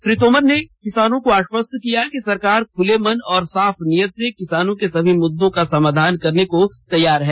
श्री तोमर ने किसानों को आश्वासन दिया कि सरकार खुले मन और साफ नीयत से किसानों के सभी मुद्दों का समाधान करने को तैयार है